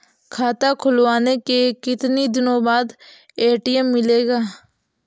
खाता खुलवाने के कितनी दिनो बाद ए.टी.एम मिलेगा?